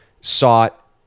sought